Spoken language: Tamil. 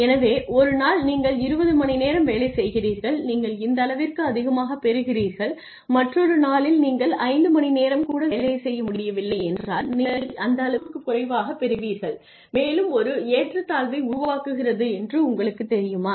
எனவே ஒரு நாள் நீங்கள் 20 மணிநேரம் வேலை செய்கிறீர்கள் நீங்கள் இந்த அளவிற்கு அதிகமாகப் பெறுகிறீர்கள் மற்றொரு நாளில் நீங்கள் 5 மணி நேரம் கூட வேலை செய்ய முடியவில்லை என்றால் நீங்கள் அந்த அளவுக்குக் குறைவாகப் பெறுவீர்கள் மேலும் ஒரு ஏற்றத்தாழ்வை உருவாக்குகிறது என்று உங்களுக்குத் தெரியுமா